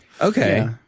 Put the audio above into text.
Okay